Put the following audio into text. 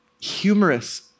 humorous